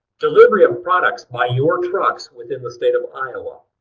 delivery of products by your trucks within the state of iowa.